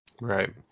Right